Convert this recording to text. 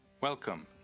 Welcome